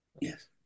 yes